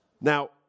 Now